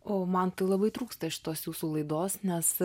o man tai labai trūksta šitos jūsų laidos nes